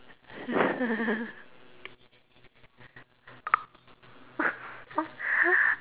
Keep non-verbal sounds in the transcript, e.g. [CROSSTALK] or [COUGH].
[LAUGHS]